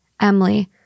Emily